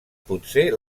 potser